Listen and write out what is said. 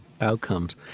outcomes